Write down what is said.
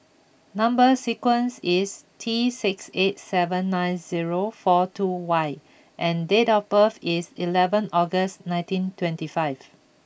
number sequence is T six eight seven nine zero four two Y and date of birth is eleven August nineteen twenty five